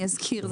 אני אזכיר,